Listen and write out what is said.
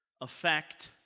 affect